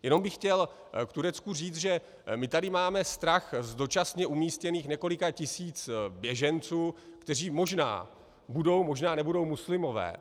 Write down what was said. Jenom bych chtěl k Turecku říct, že my tady máme strach z dočasně umístěných několika tisíc běženců, kteří možná budou, možná nebudou muslimové.